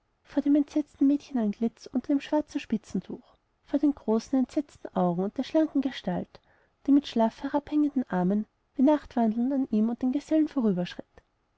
vor dem entgeisterten mädchenantlitz unter dem schwarzen spitzentuch vor den großen entsetzten augen und der schlanken gestalt die mit schlaff herabhängenden armen wie nachtwandelnd an ihm und den gesellen